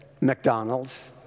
McDonald's